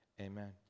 Amen